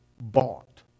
bought